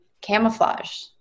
camouflage